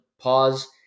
pause